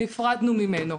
נפרדנו ממנו.